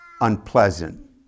unpleasant